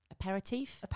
aperitif